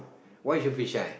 why you feel so shy